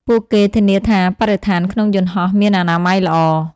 ពួកគេធានាថាបរិស្ថានក្នុងយន្តហោះមានអនាម័យល្អ។